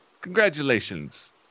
Congratulations